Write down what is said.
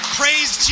praise